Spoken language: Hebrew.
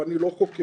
ואני לא חוקר,